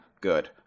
Good